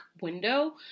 window